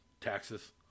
taxes